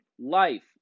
life